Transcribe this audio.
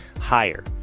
higher